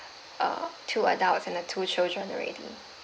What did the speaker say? uh two adults and the two children already